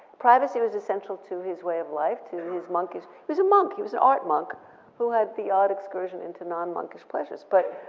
privacy was essential to his way of life, to his monk, he was a monk. he was an art monk who had the odd excursion into non-monkish pleasures, but